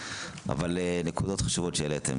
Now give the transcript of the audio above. אבל נקודות חשובות שהעליתם.